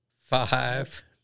Five